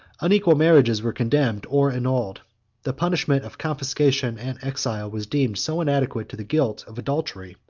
unequal marriages were condemned or annulled. the punishment of confiscation and exile was deemed so inadequate to the guilt of adultery,